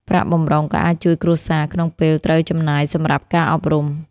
ប្រាក់បម្រុងក៏អាចជួយគ្រួសារក្នុងពេលត្រូវចំណាយសម្រាប់ការអប់រំ។